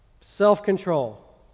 self-control